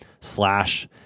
slash